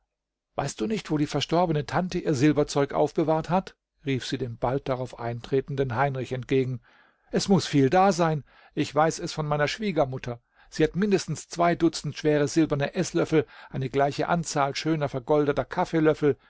weißt du nicht wo die verstorbene tante ihr silberzeug aufbewahrt hat rief sie dem bald darauf eintretenden heinrich entgegen es muß viel da sein ich weiß es von meiner schwiegermutter sie hat mindestens zwei dutzend schwere silberne eßlöffel eine gleiche anzahl schöner vergoldeter kaffeelöffel